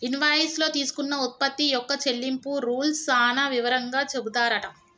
invoice లో తీసుకున్న ఉత్పత్తి యొక్క చెల్లింపు రూల్స్ సాన వివరంగా చెపుతారట